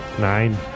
Nine